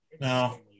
No